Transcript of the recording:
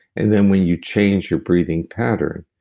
and then when you change your breathing pattern,